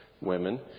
women